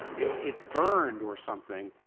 it burned or something.